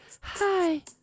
Hi